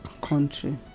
country